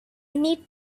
need